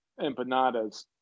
empanadas